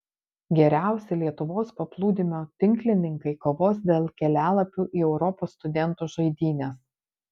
geriausi lietuvos paplūdimio tinklininkai kovos dėl kelialapių į europos studentų žaidynes